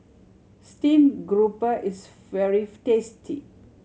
steamed grouper is very tasty